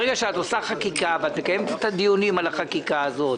ברגע שאת מגישה הצעת חוק ואת מקיימת דיונים על הצעת החוק הזאת,